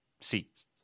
seats